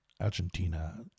Argentina